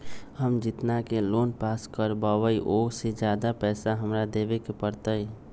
हम जितना के लोन पास कर बाबई ओ से ज्यादा पैसा हमरा देवे के पड़तई?